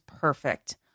perfect